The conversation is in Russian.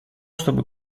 чтобы